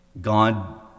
God